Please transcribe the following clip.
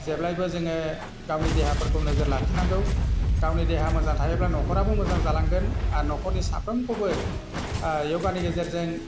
जेब्लायबो जोङो गावनि देहाफोरखौ नोजोर लाखिनांगौ गावनि देहा मोजां थानायफ्रा न'खराबो मोजां जालांगोन आर न'खरनि साफ्रोमखौबो योगानि गेजेरजों